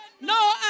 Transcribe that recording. No